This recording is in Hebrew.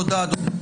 תודה, אדוני.